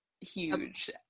huge